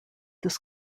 this